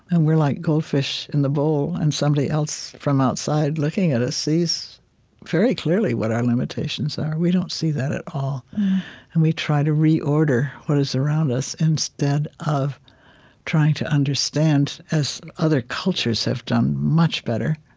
and we're like goldfish in the bowl, and somebody else from outside looking at us sees very clearly what our limitations are. we don't see that at all and we try to reorder what is around us instead of trying to understand, as other cultures have done much better,